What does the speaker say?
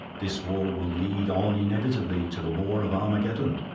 this war will lead on inevitably to the war of armageddon,